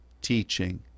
teaching